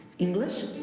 English